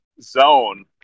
zone